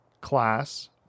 class